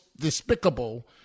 despicable